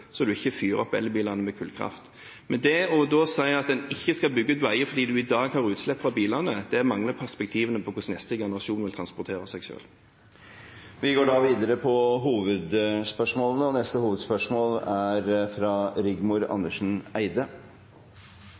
så man ikke fyrer opp elbilene med kullkraft. Det å si at en ikke skal bygge ut veier fordi vi i dag har utslipp fra bilene, viser manglende perspektiv på hvordan neste generasjon vil transportere seg selv. Vi går til neste hovedspørsmål. Spørsmålet mitt går til klima- og